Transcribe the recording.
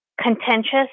Contentious